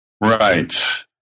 Right